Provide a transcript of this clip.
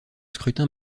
scrutin